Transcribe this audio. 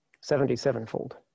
Seventy-sevenfold